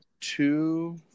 Two